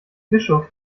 bischof